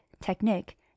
technique